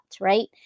Right